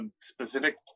specific